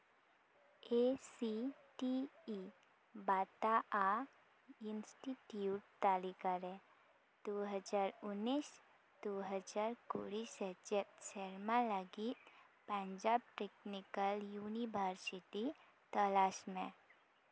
ᱮ C T E ᱵᱟᱛᱟᱜᱼᱟ institute ᱛᱟᱹᱞᱤᱠᱟᱨᱮ ᱫᱩᱦᱟᱨ ᱩᱱᱤᱥ ᱫᱩᱦᱟᱡᱟᱨ ᱠᱩᱲᱤ ᱥᱮᱪᱮᱫ ᱥᱮᱨᱢᱟ ᱞᱟᱹᱜᱤᱫ ᱯᱟᱧᱡᱟᱵᱽ ᱴᱮᱠᱱᱤᱠᱮᱞ ᱤᱭᱩᱱᱤᱵᱷᱟᱨᱥᱤᱴᱤ ᱛᱚᱞᱟᱥ ᱢᱮ